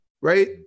right